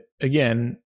again